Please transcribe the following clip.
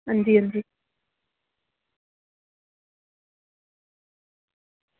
अंजी अंजी